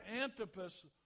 Antipas